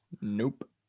Nope